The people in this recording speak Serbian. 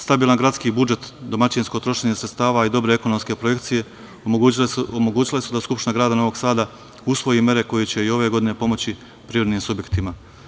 Stabilan gradski budžet, domaćinsko trošenje sredstava i dobre ekonomske projekcije omogućile su da Skupština grada Novog Sada usvoji mere koje će i ove godine pomoći privrednim subjektima.